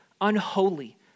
unholy